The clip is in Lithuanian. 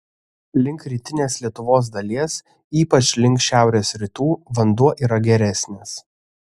link rytinės lietuvos dalies ypač link šiaurės rytų vanduo yra geresnis